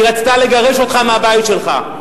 היא רצתה לסלק אותך מהבית שלך.